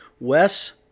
Wes